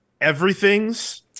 everything's